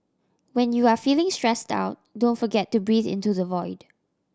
when you are feeling stressed out don't forget to breathe into the void